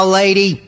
lady